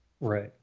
Right